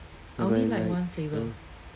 I only like ya